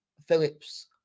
Phillips